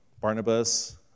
Barnabas